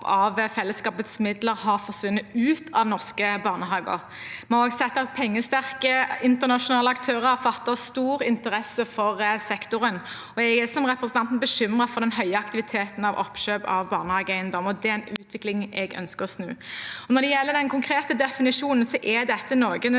av fellesskapets midler, har forsvunnet ut av norske barnehager. Vi har også sett at pengesterke internasjonale aktører har fattet stor interesse for sektoren, og jeg er, som representanten, bekymret over den høye aktivitet innen oppkjøp av barnehageeiendom. Det er en utvikling jeg ønsker å snu. Når det gjelder den konkrete definisjonen, er dette noe